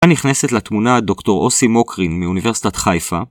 כאן נכנסת לתמונה הדוקטור אוסי מוקרין מאוניברסיטת חיפה.